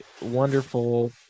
wonderful